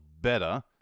BETTER